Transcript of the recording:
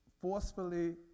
forcefully